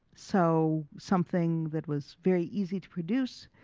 so something that was very easy to produce,